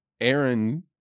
Aaron